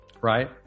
right